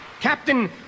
Captain